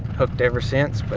hooked ever since. but